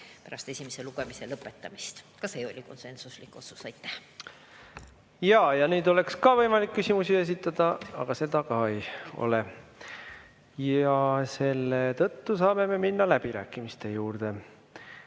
pärast esimese lugemise lõpetamist, ka see oli konsensuslik otsus. Aitäh! Ka nüüd oleks võimalik küsimusi esitada, aga seda soovi ei ole. Selle tõttu saame minna läbirääkimiste juurde.